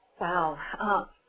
Wow